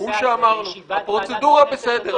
הוא שאמרנו, הפרוצדורה בסדר.